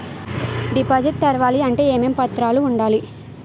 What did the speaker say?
Deposit తెరవాలి అంటే ఏమేం పత్రాలు ఉండాలి?